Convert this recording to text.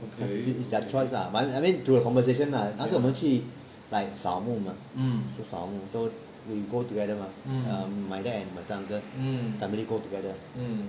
it it's their choice lah but I mean to the conversation lah 那时候我们去 like 扫墓 mah 扫墓 so we go together mah my dad and my third uncle family go together